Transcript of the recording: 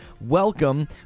welcome